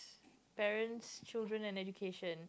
parents children and education